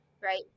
right